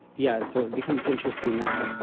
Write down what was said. yeah, so it becomes interesting that,